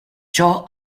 ciò